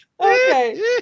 Okay